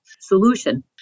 solution